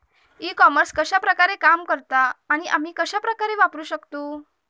E commerce कश्या प्रकारे काम करता आणि आमी कश्या प्रकारे वापराक शकतू?